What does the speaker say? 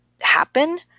happen –